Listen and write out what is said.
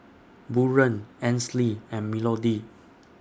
Buren Ansley and Melodee